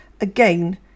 again